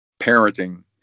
parenting